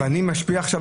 אבל אני משפיע עכשיו?